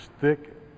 thick